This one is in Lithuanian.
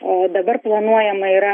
o dabar planuojama yra